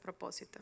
propósito